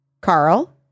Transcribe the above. Carl